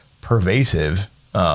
pervasive